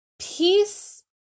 Peace